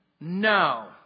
No